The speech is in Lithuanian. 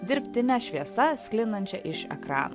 dirbtine šviesa sklindančia iš ekrano